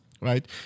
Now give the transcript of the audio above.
right